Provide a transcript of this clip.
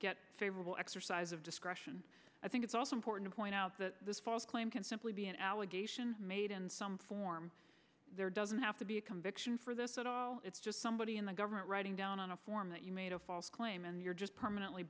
get favorable exercise of discretion i think it's also important to point out that this false claim can simply be an allegation made in some form there doesn't have to be a conviction for this it's just somebody in the government writing down on a form that you made a false claim and you're just permanently